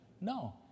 No